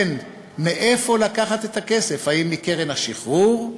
מאיפה לקחת את הכסף, האם מקרן השחרור,